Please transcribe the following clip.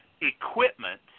equipment